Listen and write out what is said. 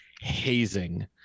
hazing